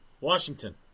Washington